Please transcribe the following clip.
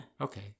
Okay